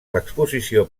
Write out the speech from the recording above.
l’exposició